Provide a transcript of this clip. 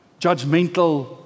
judgmental